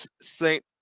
Saint